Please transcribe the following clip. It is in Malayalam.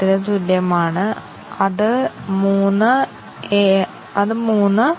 എന്നിട്ട് ഇവിടെ പട്ടികപ്പെടുത്തിയിരിക്കുന്ന ട്രൂ മൂല്യങ്ങളുണ്ട്